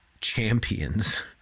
champions